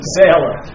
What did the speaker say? sailor